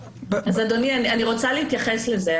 אדוני, אני רוצה להתייחס לזה.